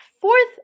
fourth